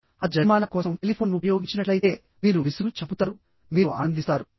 ఆ జరిమానా కోసం టెలిఫోన్ ఉపయోగించినట్లయితే మీరు విసుగును చంపుతారు మీరు ఆనందిస్తారు